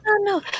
no